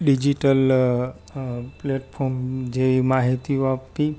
digital platform જેવી માહિતીઓ આપવી